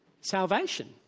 salvation